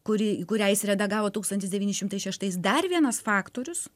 kuri kurią jis redagavo tūkstantis devyni šimtai šeštais dar vienas faktorius